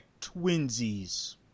twinsies